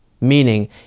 meaning